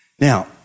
Now